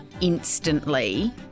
instantly